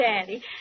Daddy